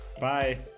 bye